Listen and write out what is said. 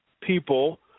people